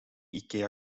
ikea